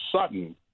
sudden